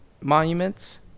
monuments